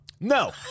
No